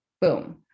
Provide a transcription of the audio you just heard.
boom